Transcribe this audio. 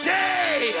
day